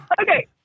Okay